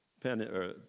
Penn